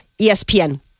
ESPN